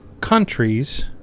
countries